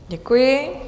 Děkuji.